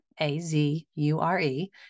A-Z-U-R-E